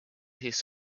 his